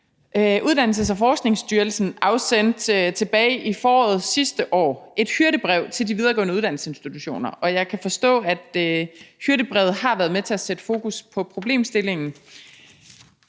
Uddannelses- og Forskningsstyrelsen afsendte tilbage i foråret sidste år et hyrdebrev til de videregående uddannelsesinstitutioner, og jeg kan forstå, at hyrdebrevet har været med til at sætte fokus på problemstillingen,